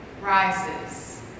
rises